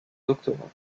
doctorat